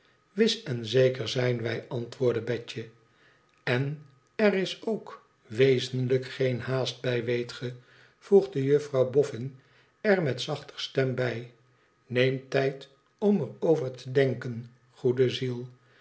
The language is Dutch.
wis en zeker zijn wij antwoordde betje eja er is ook wezenlijk geen haast bij weet ge voegde juffrouw boffin er met zachter stem bij neem tijd om er over te denken goede wees